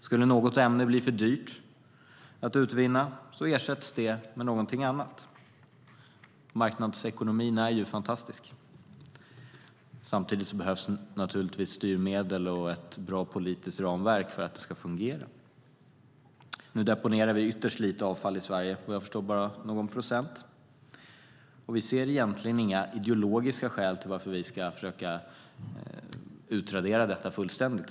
Skulle något ämne bli för dyrt att utvinna ersätts det med någonting annat, för marknadsekonomin är fantastisk. Samtidigt behövs naturligtvis styrmedel och ett bra politiskt ramverk för att det ska fungera. Nu deponerar vi ytterst lite avfall i Sverige - vad jag förstår är det bara någon procent - och vi ser egentligen inga ideologiska skäl att försöka utradera detta fullständigt.